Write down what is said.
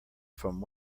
from